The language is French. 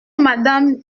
madame